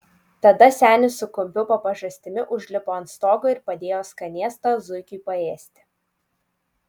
tada senis su kumpiu po pažastimi užlipo ant stogo ir padėjo skanėstą zuikiui paėsti